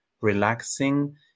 relaxing